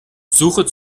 suche